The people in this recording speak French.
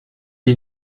est